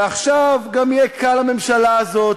ועכשיו גם יהיה קל לממשלה הזאת,